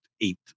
eight